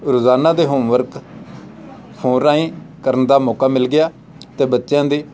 ਰੋਜ਼ਾਨਾ ਦੇ homework phone ਰਾਹੀਂ ਕਰਨ ਦਾ ਮੌਕਾ ਮਿਲ ਗਿਆ ਤੇ ਬੱਅਚਿਆਂ ਦੀ